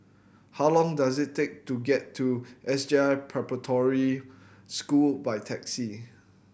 how long does it take to get to S J I Preparatory School by taxi